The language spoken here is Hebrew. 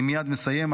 אני מייד מסיים.